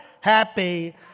happy